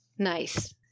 Nice